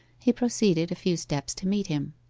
he proceeded a few steps to meet him.